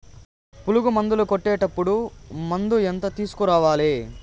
పులుగు మందులు కొట్టేటప్పుడు మందు ఎంత తీసుకురావాలి?